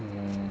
mm